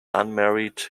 unmarried